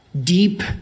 deep